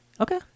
Okay